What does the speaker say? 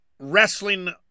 wrestling